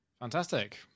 Fantastic